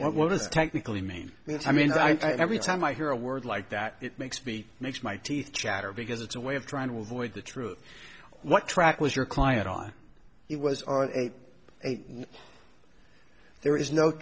a what is technically mean that i mean i've read time i hear a word like that it makes me makes my teeth chatter because it's a way of trying to avoid the truth what track was your client on he was on eight eight there is no